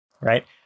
Right